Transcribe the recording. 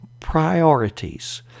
priorities